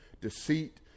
deceit